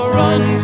run